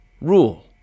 rule